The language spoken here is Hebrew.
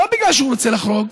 לא בגלל שהוא רוצה לחרוג,